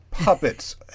puppets